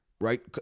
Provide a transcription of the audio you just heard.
right